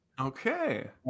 Okay